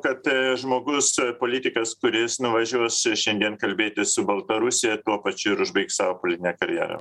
kad žmogus politikas kuris nuvažiuos šiandien kalbėtis su baltarusija tuo pačiu ir užbaigs savo politinę karjerą